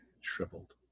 shriveled